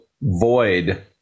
void